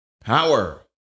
power